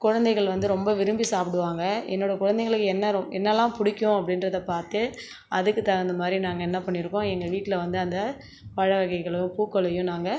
குழந்தைகள் வந்து ரொம்ப விரும்பி சாப்பிடுவாங்க என்னோட குழந்தைகளுக்கு என்ன ரொ என்னலாம் பிடிக்கும் அப்டின்றதை பார்த்து அதுக்கு தகுந்த மாதிரி நாங்கள் ன்ன பண்ணியிருக்கோம் எங்கள் வீட்டில் வந்து அந்த பழ வகைகளும் பூக்களையும் நாங்கள்